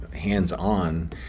hands-on